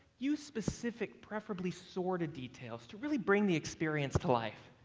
use specific, preferably sordid details to really bring the experience to life.